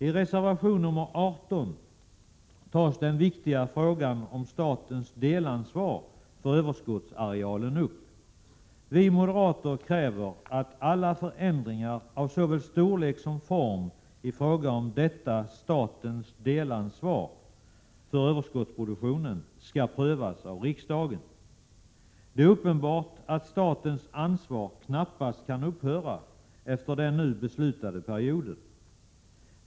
I reservation 18 behandlas den viktiga frågan om statens delansvar för överskottsarealen. Vi moderater kräver att alla förändringar av såväl storlek som form i detta statens delansvar för överskottsproduktionen skall prövas av riksdagen. Det är uppenbart att statens ansvar knappast kan upphöra efter den nu beslutade perioden.